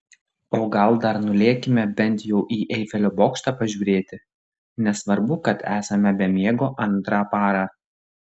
o gal dar nulėkime bent jau į eifelio bokštą pažiūrėti nesvarbu kad esame be miego antrą parą